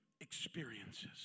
experiences